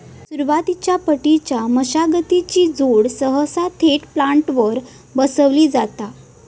सुरुवातीच्या पट्टीच्या मशागतीची जोड सहसा थेट प्लांटरवर बसवली जाता